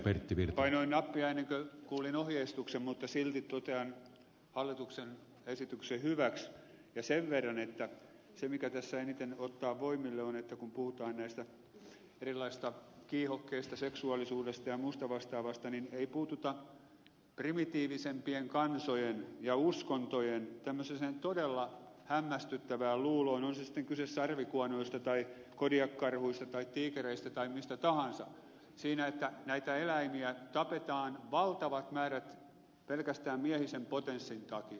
painoin nappia ennen kuin kuulin ohjeistuksen mutta silti totean hallituksen esityksen hyväksi ja sen verran että se mikä tässä eniten ottaa voimille on että kun puhutaan näistä erilaisista kiihokkeista seksuaalisuudesta ja muusta vastaavasta niin ei puututa primitiivisempien kansojen ja uskontojen tämmöiseen todella hämmästyttävään luuloon on sitten kyse sarvikuonoista tai kodiakinkarhuista tai tiikereistä tai mistä tahansa siinä että näitä eläimiä tapetaan valtavat määrät pelkästään miehisen potenssin takia